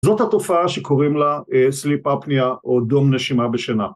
זאת התופעה שקוראים לה סליפפניה או דום נשימה בשינה.